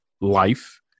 life